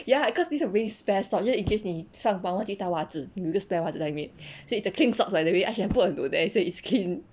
ya cause this is a waste spare sock you know it give 你三包忘记带袜子有一个 spare 袜子在里面 so it's a clean sock by the way I should have put onto there say it's clean